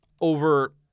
over